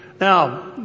Now